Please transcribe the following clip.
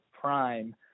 prime